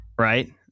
right